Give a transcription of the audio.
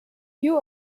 you